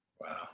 Wow